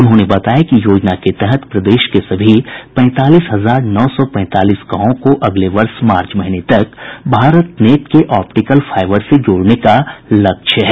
उन्होंने बताया कि योजना के तहत प्रदेश के सभी पैंतालीस हजार नौ सौ पैंतालीस गांवों को अगले वर्ष मार्च महीने तक भारत नेट के ऑप्टिकल फाइबर से जोड़ने का लक्ष्य है